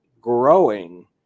growing